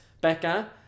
Becca